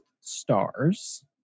Stars